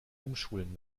umschulen